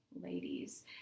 ladies